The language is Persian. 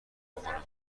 بخورم